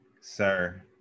Sir